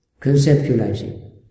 conceptualizing